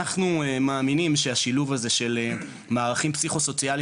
אנחנו מאמינים שהשילוב הזה של מערכים פסיכוסוציאליים